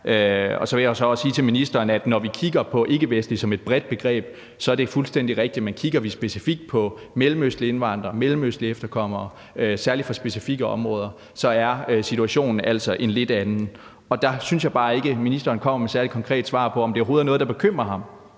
er. Så vil jeg jo også sige til ministeren, at når vi kigger på ikkevestlige indvandrere som et bredt begreb, er det fuldstændig rigtigt, men kigger vi specifikt på mellemøstlige indvandrere og mellemøstlige efterkommere, altså særlig på indvandrere fra specifikke områder, så er situationen altså en lidt anden. Der synes jeg bare ikke, at ministeren kommer med nogle særlige konkrete svar på, om det overhovedet er noget, der bekymrer ham,